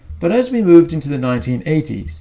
but as we moved into the nineteen eighty s,